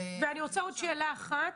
אני רוצה עוד שאלה אחת.